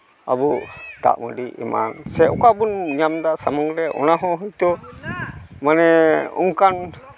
ᱟᱵᱚ ᱫᱟᱜ ᱢᱟᱰᱤ ᱮᱢᱟᱱ ᱥᱮ ᱚᱠᱟ ᱵᱚᱱ ᱧᱟᱢᱫᱟ ᱥᱟᱢᱟᱝ ᱨᱮ ᱚᱱᱟ ᱦᱚᱸ ᱦᱳᱭᱛᱳ ᱢᱟᱱᱮ ᱚᱱᱠᱟᱱ